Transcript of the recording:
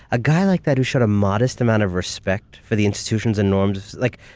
a guy like that who showed a modest amount of respect for the institutions and norms. like,